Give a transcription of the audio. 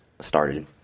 started